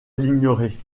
l’ignorer